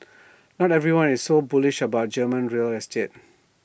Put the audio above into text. not everyone is so bullish about German real estate